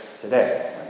today